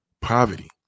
poverty